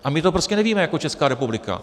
A my to prostě nevíme jako Česká republika.